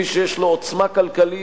מי שיש לו עוצמה כלכלית,